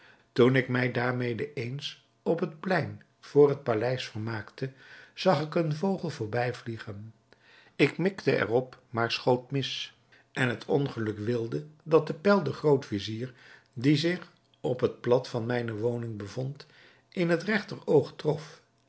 toen ik mij daarmede eens op het plein vr het paleis vermaakte zag ik een vogel voorbij vliegen ik mikte er op maar schoot mis en het ongeluk wilde dat de pijl den groot-vizier die zich op het plat van zijne woning bevond in het regter oog trof